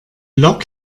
lok